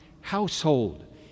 household